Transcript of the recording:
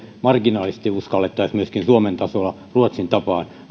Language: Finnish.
marginaalisesti uskallettaisi myöskin suomen tasolla ruotsin tapaan